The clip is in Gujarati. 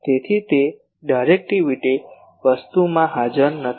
તેથી તે ડાયરેક્ટિવિટી વસ્તુમાં હાજર નથી